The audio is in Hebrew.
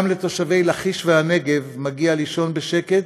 גם לתושבי לכיש והנגב מגיע לישון בשקט.